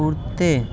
कुर्ते